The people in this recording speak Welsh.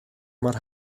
mor